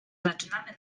zaczynamy